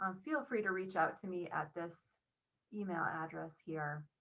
um feel free to reach out to me at this email address here.